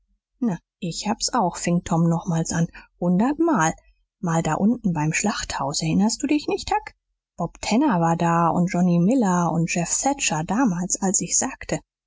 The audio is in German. na ich hab's auch fing tom nochmals an hundertmal mal da unten beim schlachthaus erinnerst du dich nicht huck bob tanner war da und johnny miller und jeff thatcher damals als ich's sagte